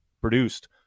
produced